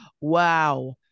Wow